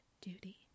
duty